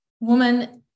woman